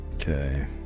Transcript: Okay